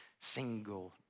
single